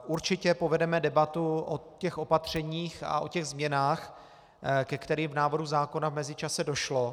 Určitě povedeme debatu o těch opatřeních a o těch změnách, ke kterým v návrhu zákona v mezičase došlo.